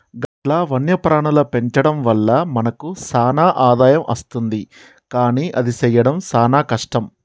గట్ల వన్యప్రాణుల పెంచడం వల్ల మనకు సాన ఆదాయం అస్తుంది కానీ అది సెయ్యడం సాన కష్టం